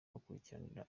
kubakurikiranira